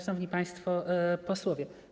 Szanowni Państwo Posłowie!